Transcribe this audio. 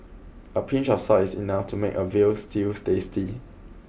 a pinch of salt is enough to make a veal stews tasty